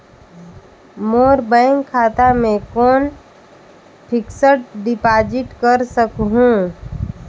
मोर bank खाता मे कौन फिक्स्ड डिपॉजिट कर सकहुं?